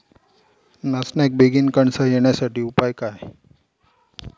नाचण्याक बेगीन कणसा येण्यासाठी उपाय काय?